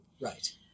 Right